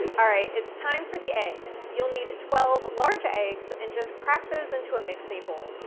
all right, it's time for the eggs. you'll need twelve large eggs and just crack those into a mixing bowl.